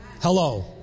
Hello